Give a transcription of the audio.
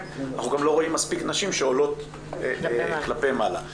אנחנו גם לא רואים מספיק נשים שעולות כלפי מעלה.